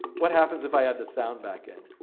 what happens if i add the sound back in?